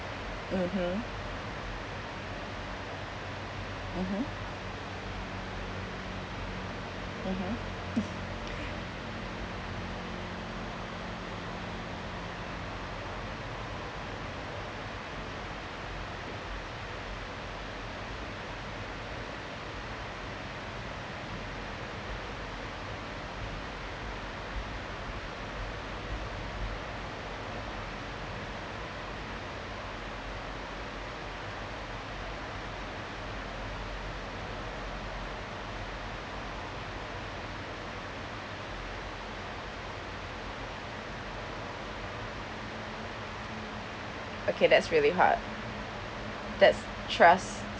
mmhmm mmhmm mmhmm okay that's really hard that's trust